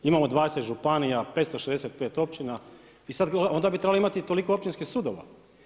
Imamo 20 županija, 565 općina i onda bi trebali imati toliko općinskih sudova.